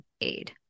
aid